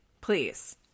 Please